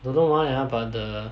don't know why ah but the